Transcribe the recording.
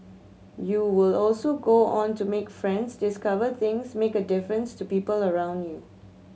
you will also go on to make friends discover things make a difference to people around you